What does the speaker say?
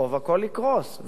ואין לך משק חשמל?